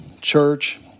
church